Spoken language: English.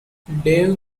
dave